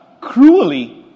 cruelly